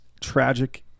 tragic